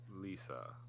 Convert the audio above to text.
Lisa